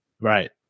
Right